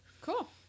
Cool